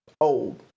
old